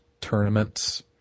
tournaments